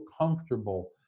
comfortable